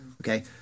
okay